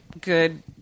Good